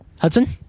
Hudson